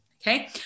Okay